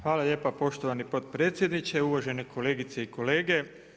Hvala lijepa poštovani potpredsjedniče, uvažene kolegice i kolege.